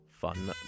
fun